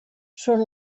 són